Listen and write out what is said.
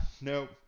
nope